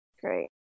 great